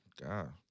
God